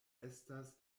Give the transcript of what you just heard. estas